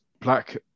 black